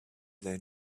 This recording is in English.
than